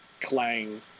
clang